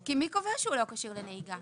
כי מי קובע שהוא לא כשיר לנהיגה?